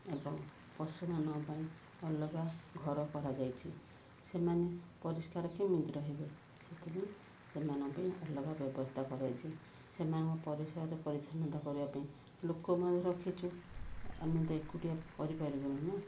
ଏବଂ ପଶୁମାନଙ୍କ ପାଇଁ ଅଲଗା ଘର କରାଯାଇଛି ସେମାନେ ପରିଷ୍କାର କେମିତି ରହିବେ ସେଥିପାଇଁ ସେମାନ ପାଇଁ ଅଲଗା ବ୍ୟବସ୍ଥା କରାଯାଇଛି ସେମାନଙ୍କ ପରିଚୟରେ ପରିଚ୍ଛନ୍ନତା କରିବା ପାଇଁ ଲୋକ ମଧ୍ୟ ରଖିଛୁ ଆମେତ ଏକୁଟିଆ କରିପାରିବୁନୁ ନା